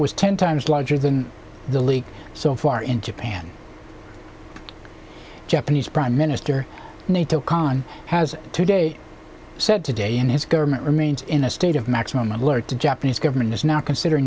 was ten times larger than the leak so far in japan japanese prime minister nato khan has today said today and his government remains in a state of maximum alert the japanese government is now consider